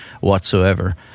whatsoever